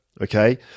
okay